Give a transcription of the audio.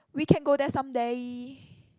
we can go there some day